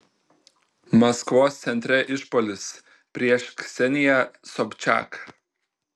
maskvos centre išpuolis prieš kseniją sobčiak